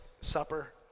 supper